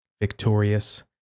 victorious